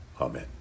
Amen